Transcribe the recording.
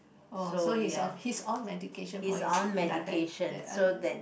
oh so he's he's on medication for his diabetes